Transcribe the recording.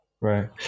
Right